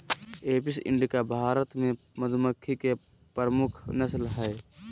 Apis indica Bharat मे मधुमक्खी के प्रमुख नस्ल हय